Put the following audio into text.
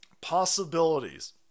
possibilities